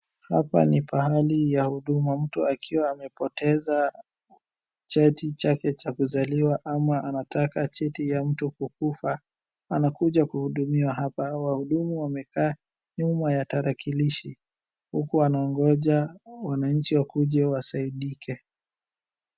Hapa ni pahali ya huduma, mtu akiwa amepoteza cheti chake cha kuzaliwa ama anataka cheti ya mtu kukufa, anakuja kuhudumiwa hapa. Wahudumu wamekaa nyuma ya tarakilishi, huku wanagoja wananchi wakuje wasaidike.